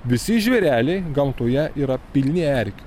visi žvėreliai gamtoje yra pilni erkių